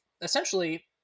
essentially